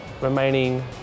remaining